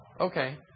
okay